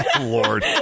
Lord